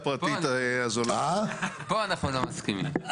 פה אנחנו לא מסכימים.